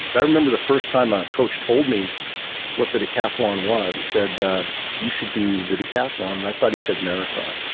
but i remember the first time a coach told me what the decathlon was, he said um you should do the decathlon. i thought he said marathon,